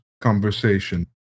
conversation